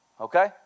Okay